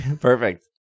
Perfect